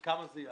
בכמה זה יעלה?